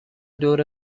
دور